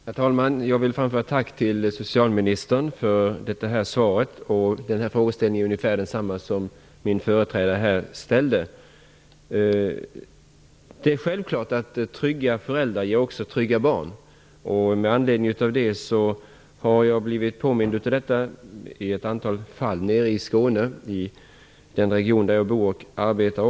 Herr talman! Jag vill framföra tack till socialministern för svaret. Min fråga är ungefär densamma som den som Catarina Rönnung ställde. Det är självklart att trygga föräldrar också ger trygga barn. Jag har blivit påmind om detta faktum i samband med ett antal fall nere i Skåne, den region som jag bor och arbetar i.